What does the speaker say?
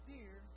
Dear